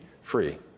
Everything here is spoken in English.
free